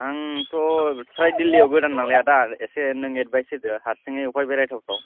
आं थ' फ्राय दिल्लियाव गोदान नालाय आदा एसे नों एदबाइस होदो हारसिं अफाय बेरायथाव थाव